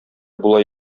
була